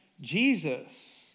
Jesus